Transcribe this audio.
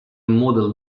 model